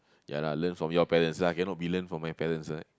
ya lah learn from your parents lah cannot be learn from my parents right